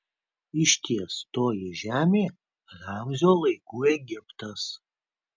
išties toji žemė ramzio laikų egiptas